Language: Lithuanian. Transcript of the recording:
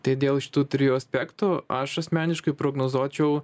tai dėl šitų trijų aspektų aš asmeniškai prognozuočiau